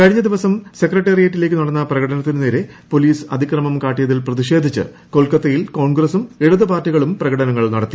കഴിഞ്ഞ ദിവസം സെക്രട്ടേറിയറ്റിലേക്ക് നടന്ന പ്രകടനത്തിന് നേരെ പൊലീസ് അതിക്രമം കാട്ടിയതിൽ പ്രതിഷേധിച്ച് കൊൽക്കത്തയിൽ കോൺഗ്രസും ഇടതു പാർട്ടികളും പ്രകടനങ്ങൾ നടത്തി